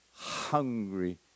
Hungry